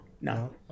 No